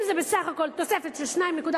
אם זה בסך הכול תוספת של 2.7%,